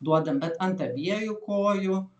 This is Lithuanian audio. duodam bet ant abiejų kojų